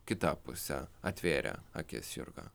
kita puse atvėrė akis jurga